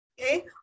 okay